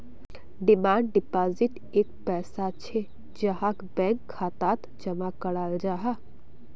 demand deposit एक पैसा छे जहाक बैंक खातात जमा कराल जाहा